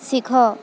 ଶିଖ